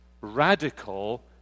radical